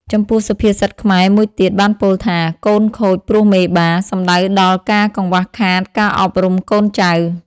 ចំពោះសុភាសិតខ្មែរមួយទៀតបានពោលថា កូនខូចព្រោះមេបា សំដៅដល់ការកង្វះខាតការអប់រំកូន ចៅ។